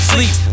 Sleep